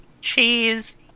cheese